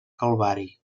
calvari